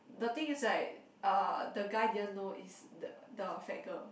the thing is right uh the guy didn't know is the the fat girl